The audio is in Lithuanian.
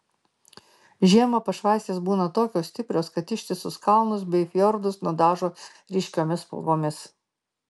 žiemą pašvaistės būna tokios stiprios kad ištisus kalnus bei fjordus nudažo ryškiomis spalvomis